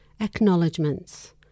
Acknowledgements